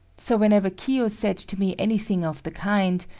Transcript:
so whenever kiyo said to me anything of the kind,